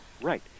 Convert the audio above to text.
Right